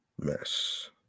mess